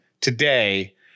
today